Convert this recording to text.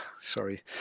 sorry